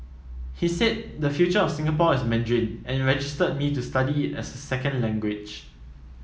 he said the future of Singapore is Mandarin and registered me to study it as a second language